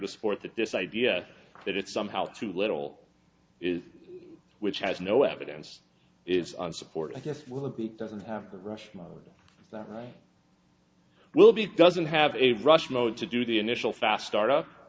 support that this idea that it's somehow too little is which has no evidence is unsupported i guess would be doesn't have to rush right will be doesn't have a rushed mode to do the initial fast startup